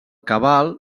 cabal